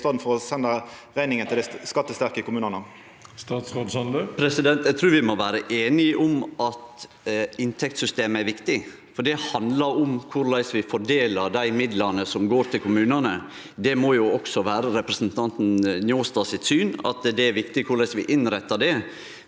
i staden for å senda rekninga til dei skattesterke kommunane? Statsråd Erling Sande Eg trur vi må vere einige om at inntektssystemet er viktig. Det handlar om korleis vi fordeler dei midlane som går til kommunane. Det må jo også vere representanten Njåstads syn at det er viktig korleis vi innrettar det,